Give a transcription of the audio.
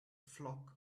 flock